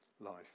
life